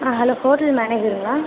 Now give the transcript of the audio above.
ah hello hotel மேனேஜருங்களா